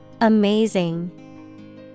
Amazing